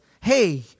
hey